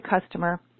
customer